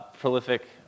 prolific